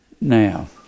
Now